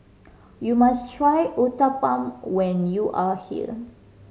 you must try Uthapam when you are here